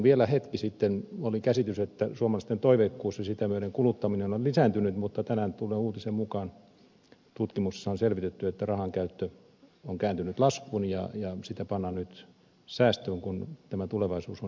vielä hetki sitten oli käsitys että suomalaisten toiveikkuus ja sitä myötä kuluttaminen on lisääntynyt mutta tänään tulleen uutisen mukaan tutkimuksessa on selvitetty että rahankäyttö on kääntynyt laskuun ja rahaa pannaan nyt säästöön kun tämä tulevaisuus on epävarmaa